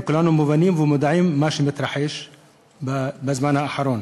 וכולנו מבינים ומודעים למה שמתרחש בזמן האחרון.